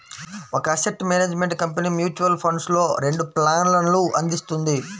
ఒక asset management company mutual ఫండ్స్లో రెండు ప్లాన్లను అందిస్తుంది